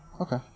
Okay